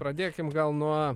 pradėkim gal nuo